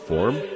Form